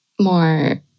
more